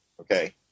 okay